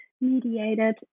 mediated